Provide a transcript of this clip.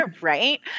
Right